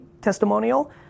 testimonial